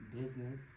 business